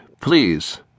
please